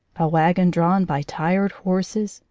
a wagon drawn by tired horses,